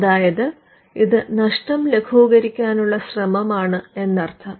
അതായത് ഇത് നഷ്ടം ലഘൂകരിക്കാനുള്ള ശ്രമമാണ് എന്നർത്ഥം